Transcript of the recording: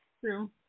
True